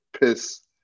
piss